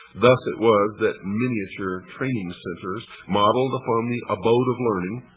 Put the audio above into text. thus it was that miniature ah training centers, modeled upon the abode of learning,